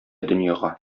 дөньяга